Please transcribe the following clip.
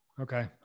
Okay